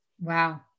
Wow